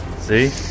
See